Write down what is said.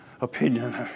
opinion